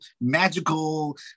magical